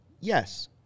yes